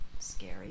Scary